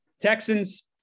texans